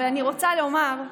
אבל אני רוצה לומר,